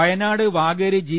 Wayanad Vakeri G